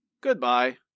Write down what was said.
Goodbye